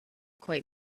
quite